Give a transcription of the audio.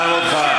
גם אותך.